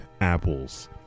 apples